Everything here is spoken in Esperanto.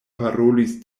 parolis